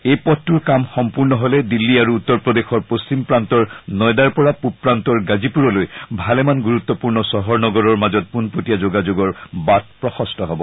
এই পথটোৰ কাম সম্পূৰ্ণ হ'লে দিল্লী আৰু উত্তৰ প্ৰদেশৰ পশ্চিম প্ৰান্তৰ নয়দাৰ পৰা পুব প্ৰান্তৰ গাজিপুৰলৈ ভালেমান গুৰুত্বপূৰ্ণ চহৰ নগৰৰ মাজত পোনপটীয়া যোগাযোগৰ বাট প্ৰশস্ত হব